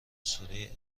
سوری